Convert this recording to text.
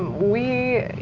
we,